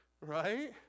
right